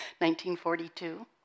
1942